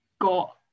got